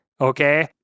okay